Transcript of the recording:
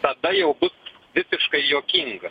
tada jau bus visiškai juokinga